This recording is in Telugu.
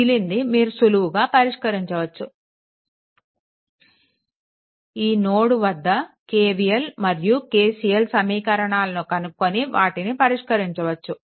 మిగిలింది మీరు సులువుగా పరిష్కరించవచ్చు ఈ నోడ్ వద్ద KVL మరియు KCL సమీకరణాలను కనుక్కొని వాటిని పరిష్కరించవచ్చు